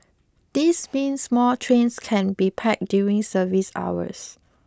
this means more trains can be packed during service hours